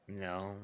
No